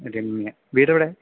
Ramya വീടെവിടെയാ